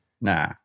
nah